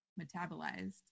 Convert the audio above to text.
metabolized